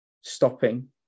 stopping